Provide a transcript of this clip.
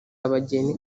abageni